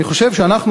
אני חושב שאנחנו,